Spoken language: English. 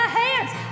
hands